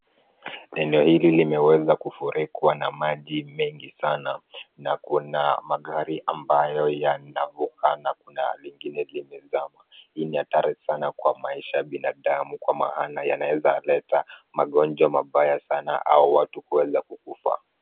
Eneo hili limeweza kufurikwa na maji mengi sana na kuna magari ambayo yanavuka na kuna lingine limezama. Hii ni hatari sana kwa maisha ya binadamu kwa maana yanaeza leta magonjwa mabaya sana au watu kuweza kukufa.